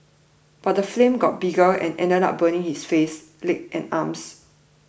but the flames got bigger and ended up burning his face neck and arms